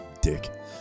dick